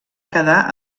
quedar